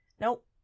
Nope